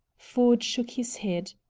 ford shook his head.